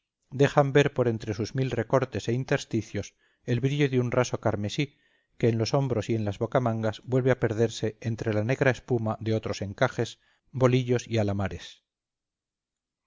dejan ver por entre sus mil recortes e intersticios el brillo de un raso carmesí que en los hombros y en las bocamangas vuelve a perderse entre la negra espuma de otros encajes bolillos y alamares